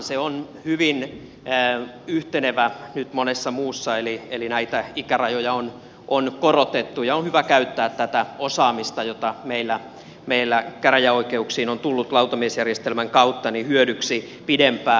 se on hyvin yhtenevä nyt monessa muussa eli näitä ikärajoja on korotettu ja on hyvä käyttää tätä osaamista jota meillä käräjäoikeuksiin on tullut lautamiesjärjestelmän kautta hyödyksi pidempään